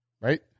right